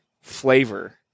flavor